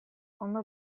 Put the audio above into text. ondo